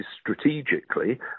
strategically